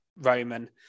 Roman